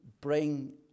bring